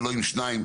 ולא שניים,